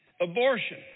Abortion